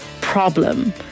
problem